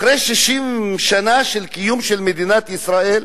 אחרי 60 שנה לקיום מדינת ישראל?